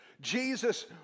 Jesus